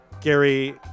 Gary